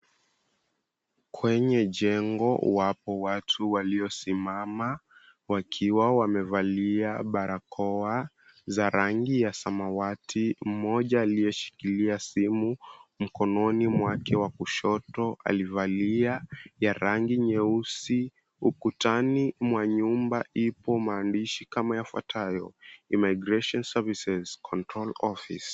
Kwenye jengo, wapo watu waliosimama, wakiwa wamevalia barakoa za rangi ya samawati. Mmoja aliyeshikilia simu mkononi mwake wa kushoto, alivalia ya rangi nyeusi. Ukutani mwa nyumba ipo maandishi kama yafuatayo; immigration services control office .